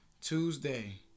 Tuesday